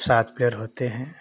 सात पेयर होते हैं